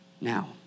Now